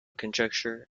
conjecture